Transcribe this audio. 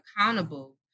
accountable